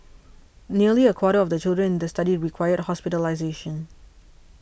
nearly a quarter of the children in the study required hospitalisation